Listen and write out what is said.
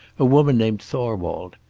a woman named thorwald.